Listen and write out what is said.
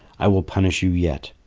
i will punish you yet.